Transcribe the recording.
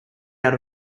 out